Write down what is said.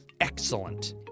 Excellent